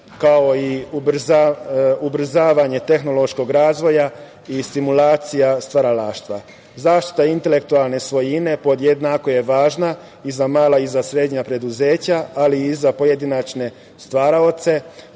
kao i ubrzavanje tehnološkog razvoja i stimulacija stvaralaštva.Zaštita intelektualne svojine podjednako je važna i za mala i za srednja preduzeća, ali i za pojedinačne stvaraoce,